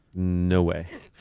no way.